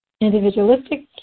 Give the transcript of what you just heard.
individualistic